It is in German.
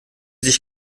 sich